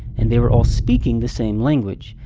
and they were all speaking the same language,